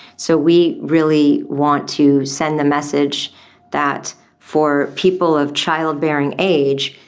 so we really want to send the message that for people of childbearing age,